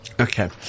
Okay